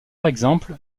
exemple